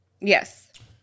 Yes